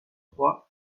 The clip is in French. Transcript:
trois